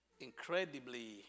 incredibly